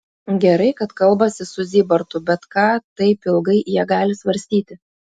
gerai kad kalbasi su zybartu bet ką taip ilgai jie gali svarstyti